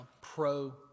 pro